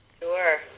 Sure